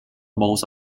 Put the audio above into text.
most